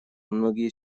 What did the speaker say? многие